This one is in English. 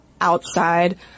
outside